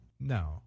No